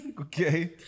Okay